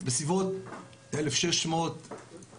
אנחנו מדברים על בסביבות 1,600 מפוקחים,